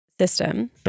System